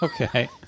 okay